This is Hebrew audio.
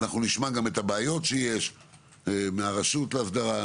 אנחנו נשמע גם את הבעיות שיש מהרשות לאסדרה,